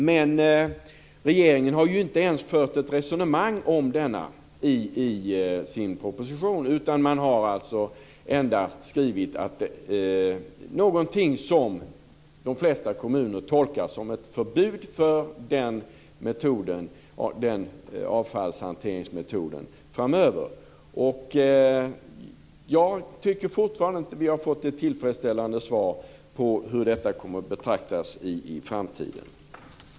Men regeringen har ju inte ens fört ett resonemang om denna i sin proposition utan har endast skrivit någonting som av de flesta kommuner tolkas som ett förbud mot denna avfallshanteringsmetod framöver. Jag tycker fortfarande inte att vi har fått ett tillfredsställande svar på hur biocelltekniken kommer att betraktas i framtiden.